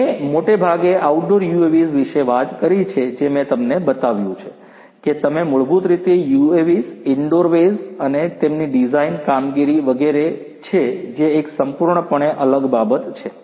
મેં મોટે ભાગે આઉટડોર UAVs વિશે વાત કરી છે જે મેં બતાવ્યું છે કે તમે મૂળભૂત રીતે UAVs ઇન્ડોર વેઝ અને તેમની ડિઝાઇન કામગીરી વગેરે છે જે એક સંપૂર્ણપણે અલગ બાબત છે